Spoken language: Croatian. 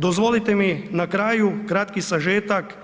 Dozvolite mi na kraju kratki sažetak